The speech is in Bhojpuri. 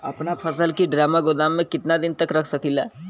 अपना फसल की ड्रामा गोदाम में कितना दिन तक रख सकीला?